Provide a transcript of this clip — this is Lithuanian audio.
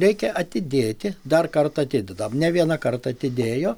reikia atidėti dar kartą atidedam ne vieną kart atidėjo